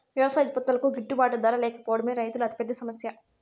వ్యవసాయ ఉత్పత్తులకు గిట్టుబాటు ధర లేకపోవడమే రైతుల అతిపెద్ద సమస్య